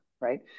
right